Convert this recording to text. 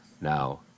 Now